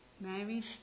Mary's